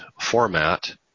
format